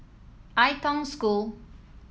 Ai Tong School